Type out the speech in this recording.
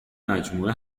مجموعه